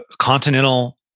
continental